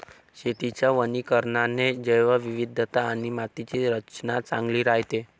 शेतीच्या वनीकरणाने जैवविविधता आणि मातीची रचना चांगली राहते